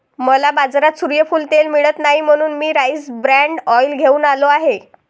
मला बाजारात सूर्यफूल तेल मिळत नाही म्हणून मी राईस ब्रॅन ऑइल घेऊन आलो आहे